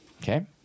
okay